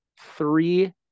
three